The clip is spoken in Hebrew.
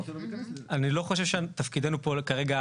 אני לא חושב שתפקידנו פה כרגע,